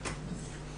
בבקשה.